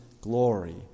glory